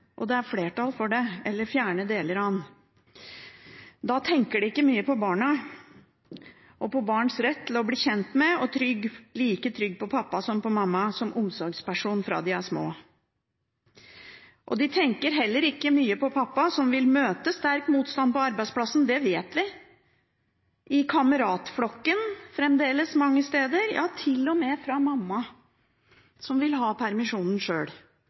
og det er flertall for det. Da tenker de ikke mye på barna og på barns rett til å bli kjent med og bli like trygg på pappa som på mamma som omsorgsperson fra de er små. De tenker heller ikke mye på pappa som vil møte sterk motstand på arbeidsplassen – det vet vi – i kameratflokken mange steder fremdeles, ja, til og med fra mamma, som vil ha permisjonen sjøl,